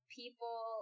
people